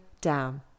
down